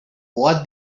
what